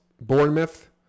Bournemouth